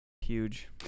huge